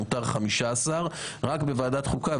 מותר 15. רק בוועדת חוקה,